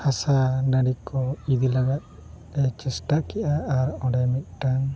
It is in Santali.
ᱦᱟᱥᱟ ᱱᱟᱹᱲᱤ ᱠᱚ ᱤᱫᱤ ᱞᱟᱜᱟᱜ ᱮ ᱪᱮᱥᱴᱟ ᱠᱮᱜᱼᱟ ᱟᱨ ᱚᱸᱰᱮ ᱢᱤᱫᱴᱟᱝ